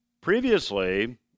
Previously